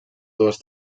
dues